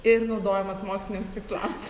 ir naudojamas moksliniams tikslams